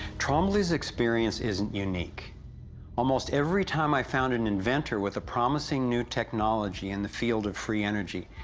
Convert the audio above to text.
trombly's experience isn't unique almost every time i found an inventor, with a promising new technology in the field of free energy,